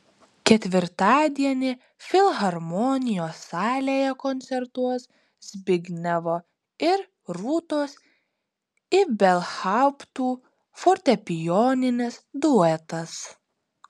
ketvirtadienį filharmonijos salėje koncertuos zbignevo ir rūtos ibelhauptų fortepijoninis duetas